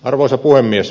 arvoisa puhemies